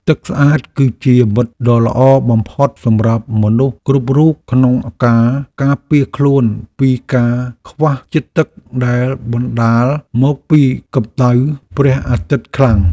ទឹកស្អាតគឺជាមិត្តដ៏ល្អបំផុតសម្រាប់មនុស្សគ្រប់រូបក្នុងការការពារខ្លួនពីការខះជាតិទឹកដែលបណ្ដាលមកពីកម្តៅព្រះអាទិត្យខ្លាំង។